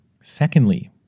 Secondly